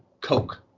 Coke